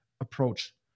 approach